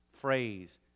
phrase